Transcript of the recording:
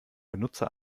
benutzer